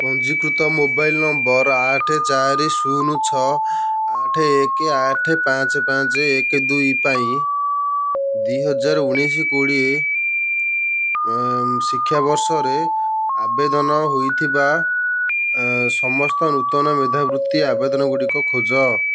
ପଞ୍ଜୀକୃତ ମୋବାଇଲ୍ ନମ୍ବର ଆଠ ଚାରି ଶୂନ ଛଅ ଆଠ ଏକ ଆଠ ପାଞ୍ଚ ପାଞ୍ଚ ଏକ ଦୁଇ ପାଇଁ ଦୁଇ ହଜାର ଉଣେଇଶି କୋଡ଼ିଏ ଶିକ୍ଷାବର୍ଷରେ ଆବେଦନ ହୋଇଥିବା ସମସ୍ତ ନୂତନ ମେଧାବୃତ୍ତି ଆବେଦନଗୁଡ଼ିକ ଖୋଜ